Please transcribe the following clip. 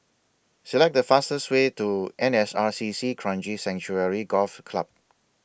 Select The fastest Way to N S R C C Kranji Sanctuary Golf Club